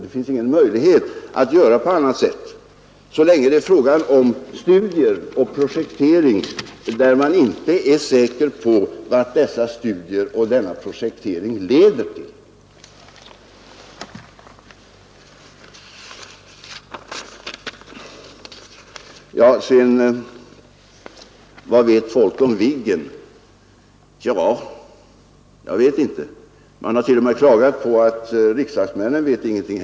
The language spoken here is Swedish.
Det finns ingen möjlighet att förfara på annat sätt så länge studier och projektering pågår och man inte är säker på vad dessa studier och denna projektering kan leda till. Sedan till frågan vad folk vet om Viggen. Ja, man har t.o.m. klagat på att inte heller riksdagsmännen vet någonting.